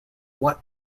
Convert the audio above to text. what